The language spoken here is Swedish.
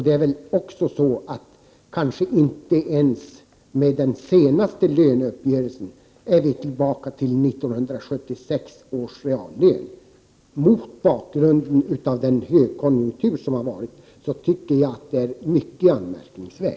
Det är väl också så att vi inte ens med den senaste löneuppgörelsen är tillbaka vid 1976 års reallön. Mot bakgrund av den högkonjunktur som rått tycker jag att detta är mycket anmärkningsvärt.